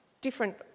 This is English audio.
different